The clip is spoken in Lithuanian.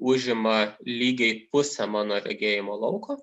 užima lygiai pusę mano regėjimo lauko